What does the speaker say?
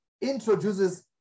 introduces